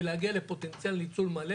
זאת על מנת להגיע לפוטנציאל ניצול מלא